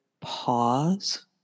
pause